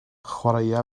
chwaraea